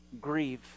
grieve